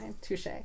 touche